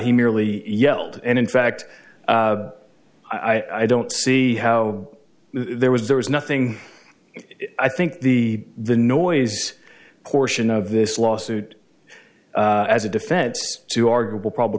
he merely yelled and in fact i don't see how there was there was nothing i think the the noise portion of this lawsuit as a defense to argue will probably